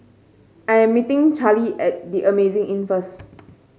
I am meeting Charlie at The Amazing Inn first